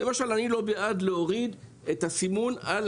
למשל, אני לא בעד להוריד את הסימון על